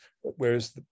whereas